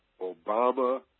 Obama